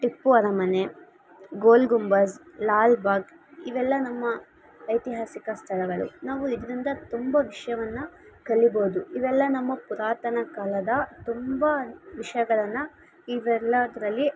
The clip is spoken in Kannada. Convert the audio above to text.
ಟಿಪ್ಪು ಅರಮನೆ ಗೋಲ್ ಗುಂಬಝ್ ಲಾಲ್ಬಾಗ್ ಇವೆಲ್ಲ ನಮ್ಮ ಐತಿಹಾಸಿಕ ಸ್ಥಳಗಳು ನಾವು ಇದರಿಂದ ತುಂಬ ವಿಷಯವನ್ನ ಕಲಿಬೋದು ಇವೆಲ್ಲ ನಮ್ಮ ಪುರಾತನ ಕಾಲದ ತುಂಬ ವಿಷಯಗಳನ್ನು ಇವೆಲ್ಲದ್ರಲ್ಲಿ